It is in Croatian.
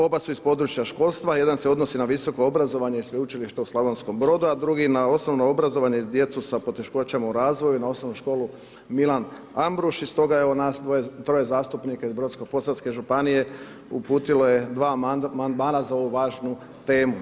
Oba su iz područja školstva, jedan se odnosi na visoko obrazovanje i Sveučilište u Slavonskom Brodu, a drugi, na osnovno obrazovanje i djecu sa poteškoćama u razvoju na OŠ Milan Ambruš i stoga nas dvoje, troje zastupnika iz Brodsko-posavske županije, uputilo je dva Amandmana za ovu važnu temu.